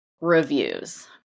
reviews